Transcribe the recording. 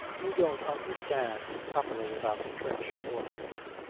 you don't understand properly about trench warfare.